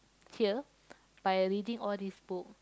here by reading all these book